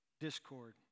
discord